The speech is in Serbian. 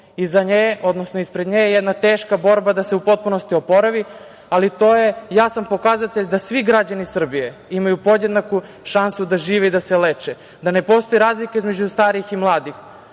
da pobedi. Ispred nje je jedna teška borba da se u potpunosti oporavi, ali to je jasan pokazatelj da svi građani Srbije imaju podjednaku šansu da žive i da se leče, da ne postoji razlika između starih i mladih,